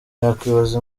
yakwibaza